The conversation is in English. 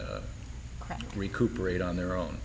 recuperate on their own